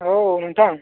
औ नोंथां